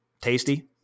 tasty